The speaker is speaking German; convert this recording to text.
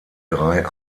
drei